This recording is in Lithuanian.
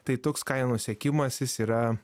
tai toks kainų sekimas jis yra